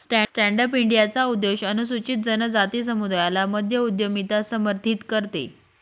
stand up इंडियाचा उद्देश अनुसूचित जनजाति समुदायाला मध्य उद्यमिता समर्थित करते